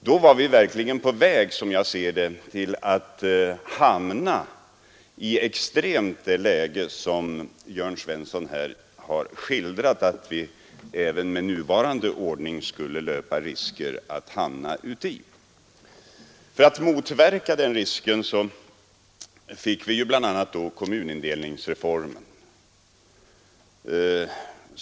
Då var vi, som jag ser det, verkligen på väg att hamna i ett sådant extremt läge som Jörn Svensson här har skildrat och som vi även med nuvarande ordning löper risk att hamna i. För att motverka den risken har vi bl.a. fått kommunindelningsreformen.